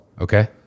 Okay